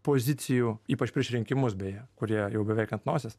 pozicijų ypač prieš rinkimus beje kurie jau beveik ant nosies